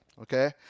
okay